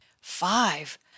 Five